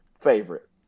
favorite